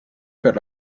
per